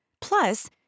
Plus